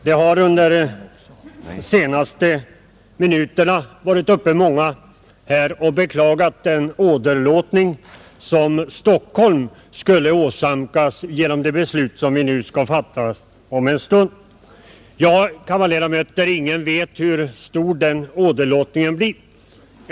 Herr talman! Under de senaste minuterna har många varit uppe och beklagat den åderlåtning som Stockholm skulle åsamkas genom det beslut vi nu skall fatta om en stund. Ja, kammarledamöter, ingen vet hur stor den åderlåtningen blir.